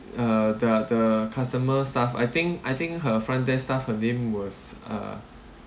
uh the the customer staff I think I think her front desk staff her name was uh